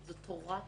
זו תורה חדשה.